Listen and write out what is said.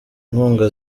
nkunga